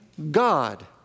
God